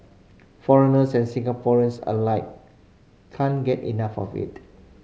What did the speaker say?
foreigners and Singaporeans alike can't get enough of it